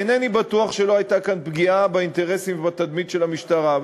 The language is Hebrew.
אינני בטוח שלא הייתה כאן פגיעה באינטרסים ובתדמית של המשטרה.